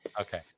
Okay